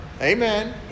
Amen